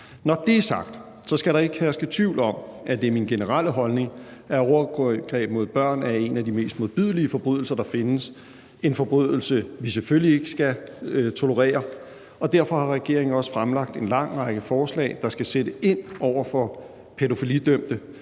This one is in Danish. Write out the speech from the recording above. Når det er sagt, skal der ikke herske tvivl om, at det er min generelle holdning, at overgreb mod børn er en af de mest modbydelige forbrydelser, der findes – en forbrydelse, vi selvfølgelig ikke skal tolerere – og derfor har regeringen også fremlagt en lang række forslag, der skal sætte ind over for pædofilidømte.